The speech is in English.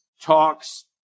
talks